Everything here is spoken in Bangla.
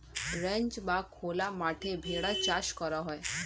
রেঞ্চ বা খোলা মাঠে ভেড়ার চাষ করা হয়